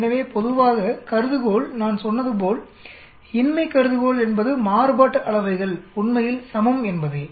எனவே பொதுவாக கருதுகோள்நான் சொன்னது போல்இன்மை கருதுகோள் என்பது மாறுபாட்டு அளவைகள் உண்மையில் சமம் என்பதே